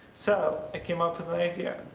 so i came up with an idea.